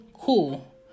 cool